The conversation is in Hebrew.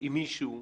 עם מישהו,